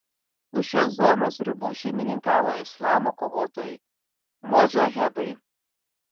už šios zonos ribų šeimininkavo islamo kovotojai modžahedai